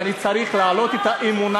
ואני צריך להעלות את האמונה שלי.